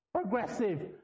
Progressive